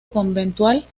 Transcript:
conventual